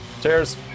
Cheers